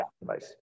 device